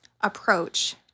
approach—